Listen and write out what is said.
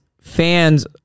fans